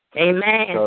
Amen